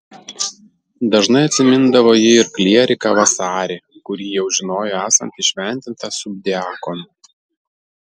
dažnai atsimindavo ji ir klieriką vasarį kurį jau žinojo esant įšventintą subdiakonu